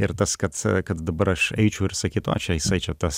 ir tas kad kad dabar aš eičiau ir sakyt va čia jisai čia tas